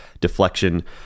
deflection